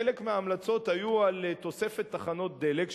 חלק מההמלצות היו על תוספת תחנות דלק,